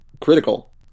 Critical